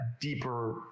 deeper